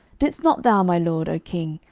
didst not thou, my lord, o king,